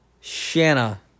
Shanna